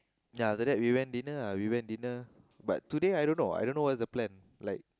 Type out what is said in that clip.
ya then after that we went dinner we went dinner but today I don't know I don't know what's the plan like